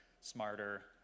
smarter